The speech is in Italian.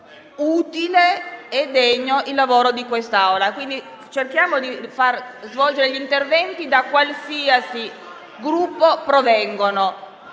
utile e degno il lavoro di quest'Assemblea e cerchiamo di lasciar svolgere gli interventi, da qualsiasi Gruppo provengano.